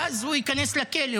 ואז הוא ייכנס לכלא.